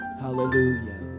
Hallelujah